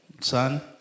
Son